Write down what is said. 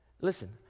listen